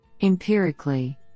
Empirically